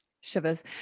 shivers